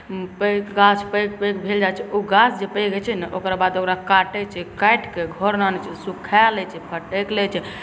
पैघ गाछ पैघ पैघ भेल जाइत छै ओ गाछ जे पैघ होइत छै ने ओकर बाद ओकरा काटैत छै काटि कऽ घरमे आनैत छै सुखा लैत छै फटकि लैत छै